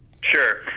sure